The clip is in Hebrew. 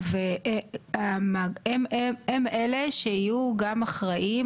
הם אלה שיהיו גם אחראים,